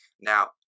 Now